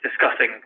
discussing